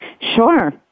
Sure